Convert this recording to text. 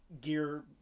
gear